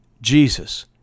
Jesus